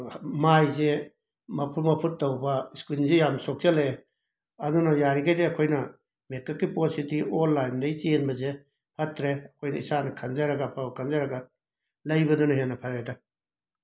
ꯃꯥꯏꯁꯦ ꯃꯐꯨꯠ ꯃꯐꯨꯠ ꯇꯧꯕ ꯁ꯭ꯀꯤꯟꯁꯤ ꯌꯥꯝꯅ ꯁꯣꯛꯆꯜꯂꯦ ꯑꯗꯨꯅ ꯌꯥꯔꯤꯉꯩꯗꯤ ꯑꯩꯈꯣꯏꯅ ꯃꯦꯀꯞꯀꯤ ꯄꯣꯠꯁꯤꯗꯤ ꯑꯣꯂꯥꯏꯟꯗꯒꯤ ꯆꯦꯟꯕꯁꯦ ꯐꯠꯇ꯭ꯔꯦ ꯑꯩꯈꯣꯏꯅ ꯏꯁꯥꯅ ꯈꯟꯖꯔꯒ ꯑꯐꯕ ꯈꯟꯖꯔꯒ ꯂꯩꯕꯗꯨꯅ ꯍꯦꯟꯅ ꯐꯔꯦꯗ